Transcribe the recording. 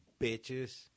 bitches